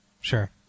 sure